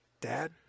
dad